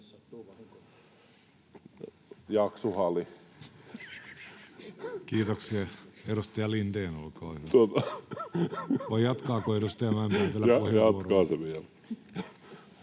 Jatkaa se vielä.